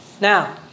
Now